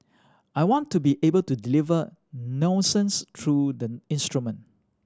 I want to be able to deliver nuances through the instrument